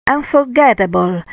Unforgettable